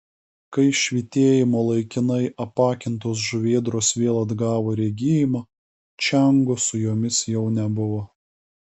kai švytėjimo laikinai apakintos žuvėdros vėl atgavo regėjimą čiango su jomis jau nebuvo